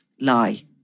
lie